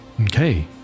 Okay